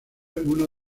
uno